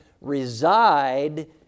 reside